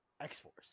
X-Force